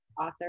author